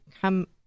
come